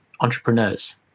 entrepreneurs